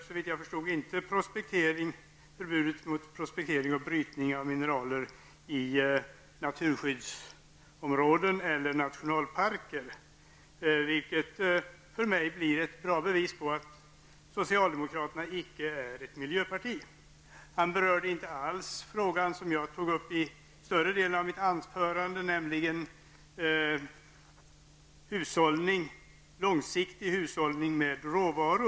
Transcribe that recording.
Såvitt jag förstår berörde han inte detta med förbud mot prospektering och brytning av mineraler i naturskyddsområden eller nationalparker. Det är för mig ett bra bevis på att socialdemokraterna icke är ett miljöparti. Mats Lindberg berörde inte alls den fråga som större delen av mitt anförande handlade om, nämligen frågan om en långsiktig hushållning med råvaror.